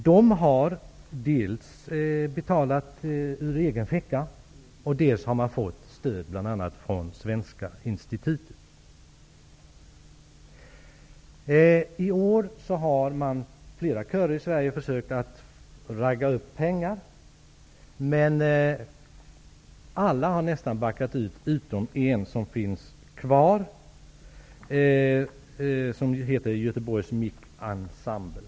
Dels har dessa betalat med pengar ur egen ficka, dels har de fått stöd från Svenska institutet. I år har flera körer i Sverige försökt att ''ragga'' pengar. Men alla utom en har backat ur. Det är nämligen bara Göteborgs Micensemble som finns kvar.